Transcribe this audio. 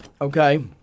Okay